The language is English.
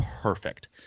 perfect